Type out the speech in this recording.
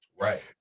Right